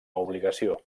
obligació